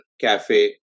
cafe